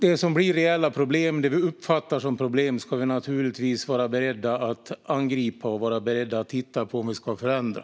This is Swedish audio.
Det som blir reella problem och det vi uppfattar som problem ska vi naturligtvis vara beredda att angripa och titta på om vi ska förändra.